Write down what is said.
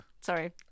Sorry